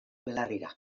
belarrira